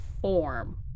form